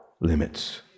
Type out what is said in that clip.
limits